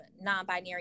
non-binary